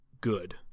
good